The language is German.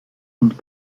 und